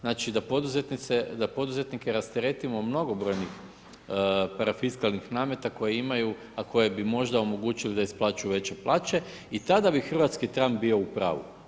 Znači da poduzetnike rasteretimo mnogobrojnih parafiskalnih nameta koje imaju a koje bi možda omogućili da isplaćuju veće plaće i tada bi hrvatski ... bio u pravu.